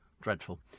Dreadful